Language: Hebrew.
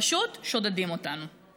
פשוט שודדים אותנו.